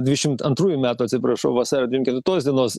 dvidešimt antrųjų metų atsiprašau vasario dvim ketvirtos dienos